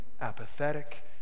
apathetic